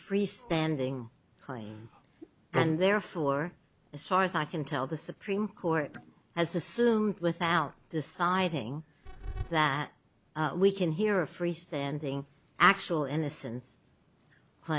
freestanding crime and therefore as far as i can tell the supreme court has assume without deciding that we can hear a freestanding actual innocence